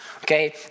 Okay